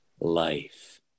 life